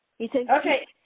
Okay